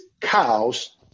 cows